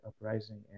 Uprising